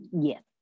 yes